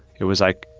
it was like.